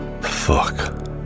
fuck